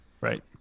Right